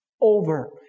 over